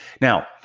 Now